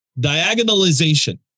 diagonalization